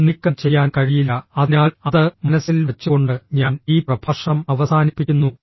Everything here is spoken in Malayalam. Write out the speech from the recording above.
അത് നീക്കം ചെയ്യാൻ കഴിയില്ല അതിനാൽ അത് മനസ്സിൽ വച്ചുകൊണ്ട് ഞാൻ ഈ പ്രഭാഷണം അവസാനിപ്പിക്കുന്നു